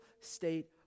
state